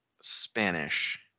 Spanish